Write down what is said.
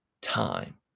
time